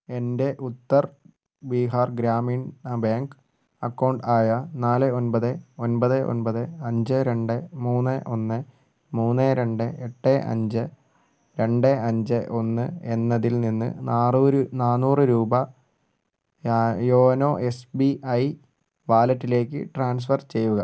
എൻ്റെ Uttar Bihar Gramin bank account ആയ നാല് ഒൻപത് ഒൻപത് ഒൻപത് അഞ്ച് രണ്ട് മൂന്ന് ഒന്ന് മൂന്ന് രണ്ട് എട്ട് അഞ്ചേ രണ്ട് അഞ്ച് ഒന്ന് എന്നതിൽ നിന്ന് നാറൂര് നാനൂറ് രൂപ യോനോ എസ് ബി ഐ വാലറ്റിലേക്ക് ട്രാൻസ്ഫർ ചെയ്യുക